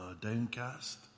downcast